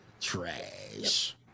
trash